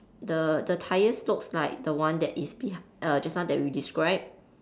the the tyres looks like the one that is behi~ err just now that we described